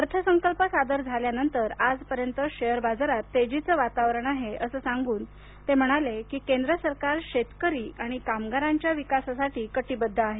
अर्थसंकल्प सादर झाल्यानंतर आजपर्यंत शेअर बाजारात तेजीचं वातावरण आहे असं सांगून ते म्हणाले की केंद्र सरकार शेतकरी आणि कामगारांच्या विकासासाठी कटिबद्ध आहे